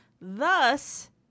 thus